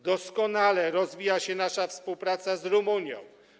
Doskonale rozwija się nasza współpraca z Rumunią.